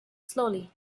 slowly